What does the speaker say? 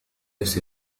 نفس